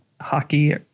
hockey